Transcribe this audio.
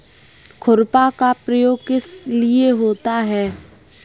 खुरपा का प्रयोग किस लिए होता है?